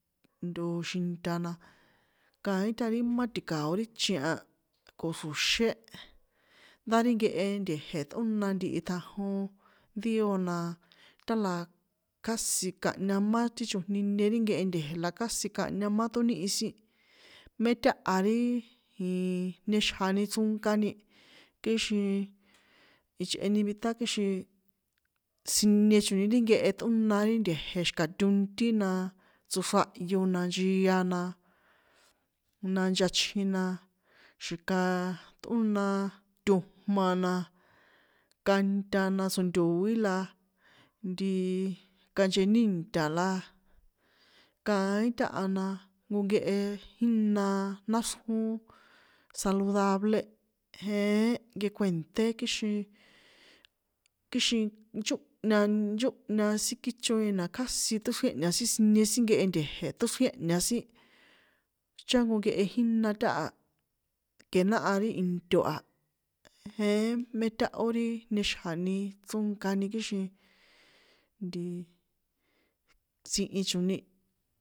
Nto- o xinta na, kaín tárí má ti̱ka̱o ri chin a, ko xro̱xé, ndá ri nkehe nte̱je̱ ṭꞌóna ntihi ṭjanjon díos na tála casi kahña má ti chojni nie ri nkehe nte̱je̱ la kasi kanhña má ṭónihi sin, mé táha ri jiiii, niexjani chronkani, kixin, ichꞌeni nvitá kixin, sinie choni ri nkehe ṭóna ri nte̱je̱ xi̱ka tontí na, tsoxrahyo na, nchia na, na nchachjin na, xi̱kaaaaa, ṭꞌóna tojma na, kanta na tsjo̱nto̱í la, ntiiiii, kanchenìnta̱ la, kaín táha na nko nkehe jína náxrjón saludable, jeén nkekuènṭé kixin, kixin nchónhña nchónhña sin kíchóni na casi ṭóxriènhña sin sinie sin nkehe nte̱je̱, ṭóxriènhà sin, chá nko nkehe jína táha, ke náha ri into a, jeén mé táhó ri nixjani chronkani kixin, ntiiii, tsihi choni.